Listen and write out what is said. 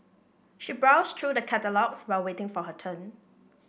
she browsed through the catalogues while waiting for her turn